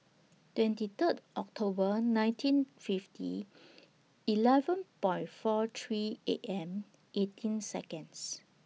twenty Third October nineteen fifty eleven Point four three A M eighteen Seconds